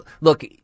Look